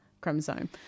chromosome